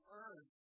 earn